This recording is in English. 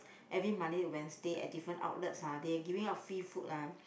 every Monday to Wednesday at different outlets ah they are giving out free food lah